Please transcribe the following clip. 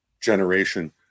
generation